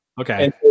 Okay